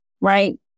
right